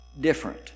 different